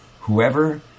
whoever